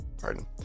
pardon